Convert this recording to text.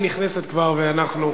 היא נכנסת כבר ואנחנו,